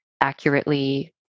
accurately